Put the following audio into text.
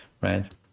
right